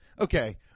Okay